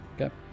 Okay